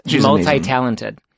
multi-talented